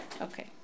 Okay